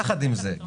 יחד עם זה,